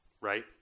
right